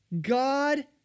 God